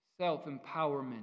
Self-empowerment